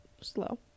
slow